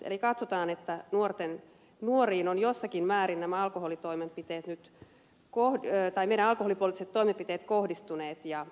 eli katsotaan että nuoriin on jossakin määrin nämä meidän alkoholipoliittiset toimenpiteet kohdistuneet ja tehonneet